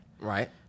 Right